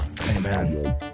Amen